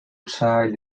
child